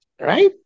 Right